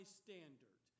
standard